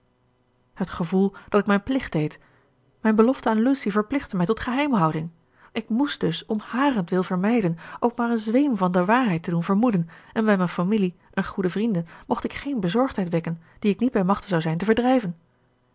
het gevoel dat ik mijn plicht deed mijn belofte aan lucy verplichtte mij tot geheimhouding ik moest dus om harentwil vermijden ook maar een zweem van de waarheid te doen vermoeden en bij mijn familie en goede vrienden mocht ik geen bezorgdheid wekken die ik niet bij machte zou zijn te verdrijven